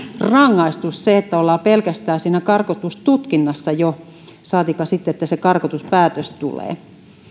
rangaistus pelkästään jo se että ollaan siinä karkotustutkinnassa saatikka sitten että se karkotuspäätös tulee